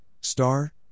star